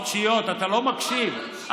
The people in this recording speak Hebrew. אתה לא מקשיב.